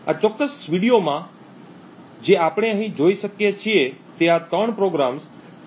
આ ચોક્કસ વીડિયોમાં જે આપણે અહીં જોઈએ છીએ તે આ 3 પ્રોગ્રામ્સ T0